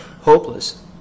hopeless